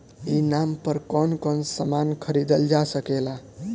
ई नाम पर कौन कौन समान खरीदल जा सकेला?